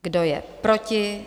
Kdo je proti?